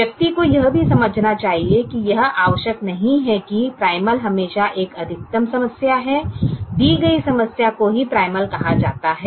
व्यक्ति को यह भी समझना चाहिए कि यह आवश्यक नहीं है कि प्राइमल हमेशा एक अधिकतम समस्या है दी गई समस्या को ही प्राइमल कहा जाता है